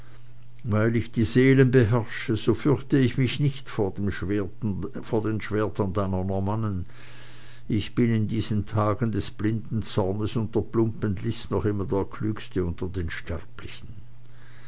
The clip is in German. weil ich die seelen beherrsche so fürchte ich mich nicht vor den schwertern deiner normannen ich bin in diesen tagen des blinden zornes und der plumpen list noch immer der klügste der sterblichen